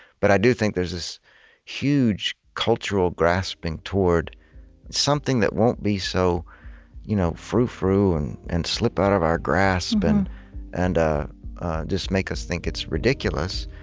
but i do think there's this huge cultural grasping toward something that won't be so you know froufrou and and slip out of our grasp and and ah just make us think it's ridiculous,